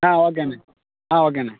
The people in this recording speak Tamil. ஆ ஓகேண்ணே ஆ ஓகேண்ணே